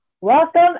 Welcome